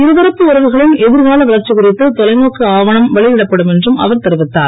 இருதரப்பு உறவுகளின் எதிர்கால வளர்ச்சி குறித்து தொலைநோக்கு ஆவணம் வெளியிடப்படும் என்றும் அவர் தெரிவித்தார்